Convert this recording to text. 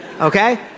okay